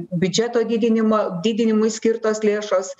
biudžeto didinimo didinimui skirtos lėšos